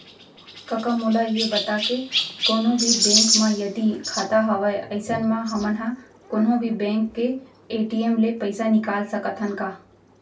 कका मोला ये बता के कोनों भी बेंक म यदि खाता हवय अइसन म हमन ह कोनों भी बेंक के ए.टी.एम ले पइसा निकाल सकत हन का?